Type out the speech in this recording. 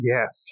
Yes